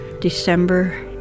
December